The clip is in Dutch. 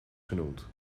genoemd